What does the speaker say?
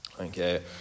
Okay